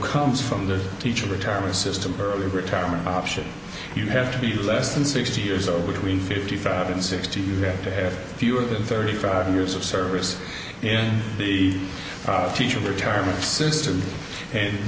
comes from the teacher retirement system early retirement option you have to be less than sixty years old between fifty five and sixty you have to have fewer than thirty five years of service in the teacher retirement system and